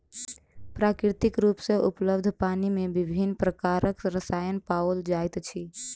प्राकृतिक रूप सॅ उपलब्ध पानि मे विभिन्न प्रकारक रसायन पाओल जाइत अछि